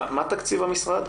מה תקציב המשרד?